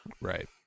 right